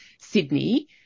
Sydney